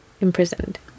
imprisoned